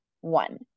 one